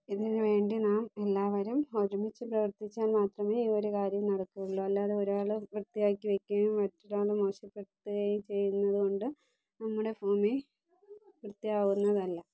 ഇതിനുവേണ്ടി നാം എല്ലാവരും ഒരുമിച്ച് പ്രവർത്തിച്ചാൽ മാത്രമേ ഈ ഒരു കാര്യം നടക്കുള്ളൂ അല്ലാതെ ഒരാൾ വൃത്തിയാക്കി വയ്ക്കുകയും മറ്റൊരാൾ മോശപ്പെടുത്തുകയും ചെയ്യുന്നതുകൊണ്ട് നമ്മുടെ ഭൂമി വൃത്തിയാവുന്നതല്ല